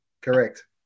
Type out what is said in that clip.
Correct